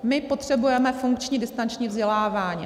My potřebujeme funkční distanční vzdělávání.